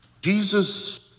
Jesus